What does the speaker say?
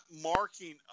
marking